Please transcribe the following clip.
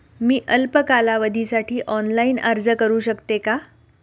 मी अल्प कालावधीसाठी ऑनलाइन अर्ज करू शकते का?